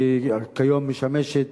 שכיום משמשת